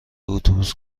اتوبوس